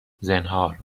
زنهار